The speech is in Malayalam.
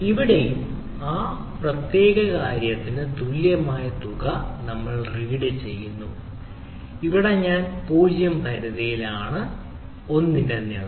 ഇവിടെയും ആ പ്രത്യേക കാര്യത്തിന് തുല്യമായ തുക നമ്മൾ റീഡ് ചെയ്യുന്നു ഇവിടെ ഞാൻ 0 പരിധിയിലാണ് l ന്റെ നീളം